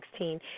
2016